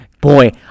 boy